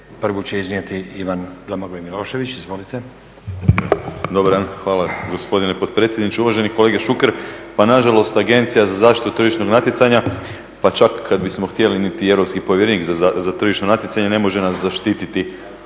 Izvolite. **Milošević, Domagoj Ivan (HDZ)** Dobar dan, hvala gospodine potpredsjedniče. Uvaženi kolega Šuker, pa nažalost Agencija za zaštitu tržišnog natjecanja pa čak i kada bismo htjeli niti europski povjerenik za tržišno natjecanje ne može nas zaštiti